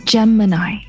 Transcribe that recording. Gemini